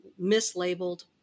mislabeled